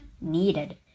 needed